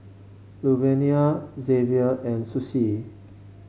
Luvenia Xzavier and Sussie